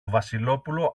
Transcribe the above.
βασιλόπουλο